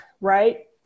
right